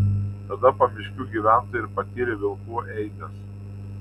tada pamiškių gyventojai ir patyrė vilkų eibes